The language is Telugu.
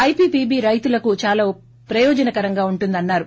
ఐపీపీబీ రైతులకు చాలా ప్రయోజనకరంగా ఉంటుందన్నారు